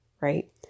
Right